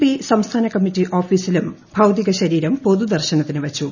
P സംസ്ഥാനകമ്മിറ്റി ഓഫീസിലും ഭൌതികശരീരം പൊതുദർശനത്തിനു വച്ചു